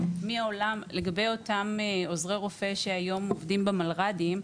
לגבי אותם עוזרי רופא שהיום עובדים במלר"דים,